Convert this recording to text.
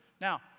Now